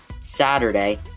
Saturday